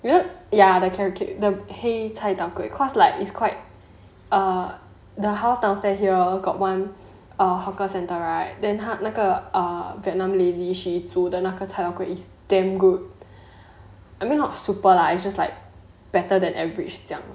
you know ya the carrot cake the 黑 cai tao kway cause like it's quite err the house downstairs here got one err hawker centre right then 那个 a vietnam lady she 煮的那个 cai tao kway is damn good I mean not super lah it's just like better than average